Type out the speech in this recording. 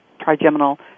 trigeminal